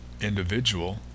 individual